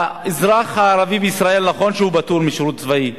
האזרח הערבי בישראל, נכון שהוא פטור משירות צבאי,